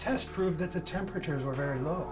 tests proved that the temperatures were very low